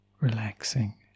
relaxing